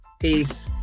Peace